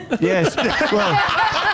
Yes